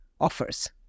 offers